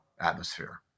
atmosphere